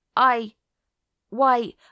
I—why